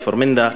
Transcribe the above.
כפר-מנדא,